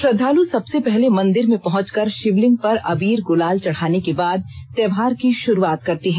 श्रद्दालु सबसे पहले मंदिर में पहुंच कर शिवलिंग पर अबीर गुलाल चढ़ाने के बाद त्योहार की शुरुआत करते हैं